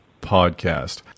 podcast